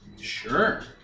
Sure